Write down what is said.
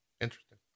Interesting